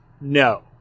no